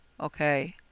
okay